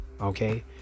okay